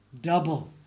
double